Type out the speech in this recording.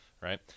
Right